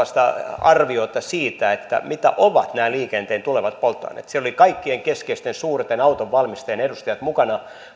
arviota siitä mitä ovat liikenteen tulevat polttoaineet siellä olivat kaikkien keskeisten suurten autonvalmistajien edustajat mukana